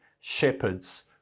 shepherds